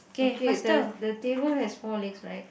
okay the the table has four legs right